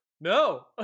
No